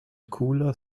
cooler